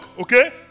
okay